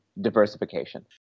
diversification